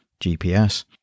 GPS